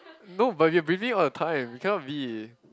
no but you're breathing all the time it cannot be